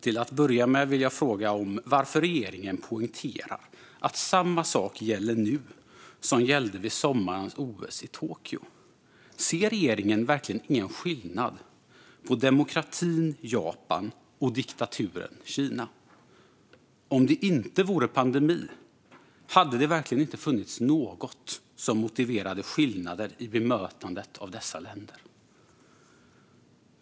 Till att börja med vill jag fråga varför regeringen poängterar att samma sak gäller nu som gällde vid sommarens OS i Tokyo. Ser regeringen verkligen ingen skillnad på demokratin Japan och diktaturen Kina? Om det inte vore pandemi, hade det verkligen inte funnits något som motiverade skillnader i bemötandet av dessa länder?